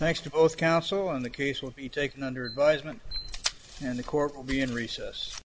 to both counsel and the case will be taken under advisement and the court will be in recess